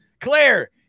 Claire